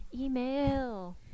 Email